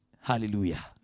Hallelujah